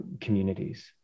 communities